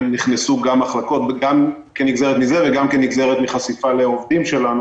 נכנסו גם מחלקות וגם כנגזרת מחשיפה לעובדים שלנו